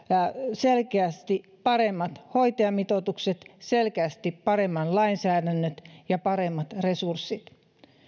selkeästi paremmat hoitajamitoitukset selkeästi paremman lainsäädännön ja paremmat resurssit